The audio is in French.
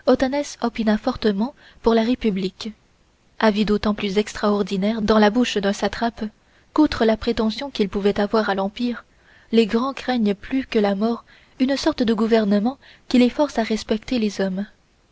opina fortement pour la république avis d'autant plus extraordinaire dans la bouche d'un satrape qu'outre la prétention qu'il pouvait avoir à l'empire les grands craignent plus que la mort une sorte de gouvernement qui les force à respecter les hommes